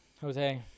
Jose